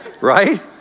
Right